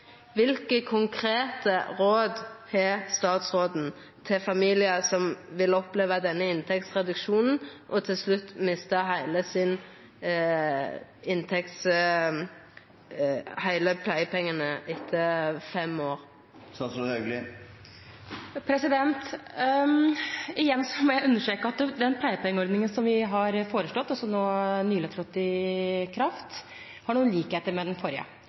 konkrete råd har statsråden til familiar som vil oppleva denne inntektsreduksjonen, og til slutt vil mista alle pleiepengane, etter fem år? Igjen må jeg understreke at den pleiepengeordningen som vi har foreslått, og som nå nylig har trådt i kraft, har noen likheter med den forrige,